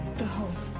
the hope.